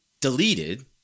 deleted